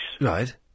Right